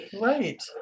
right